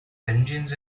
engines